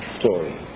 story